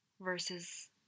versus